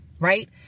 right